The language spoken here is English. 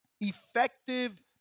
Effective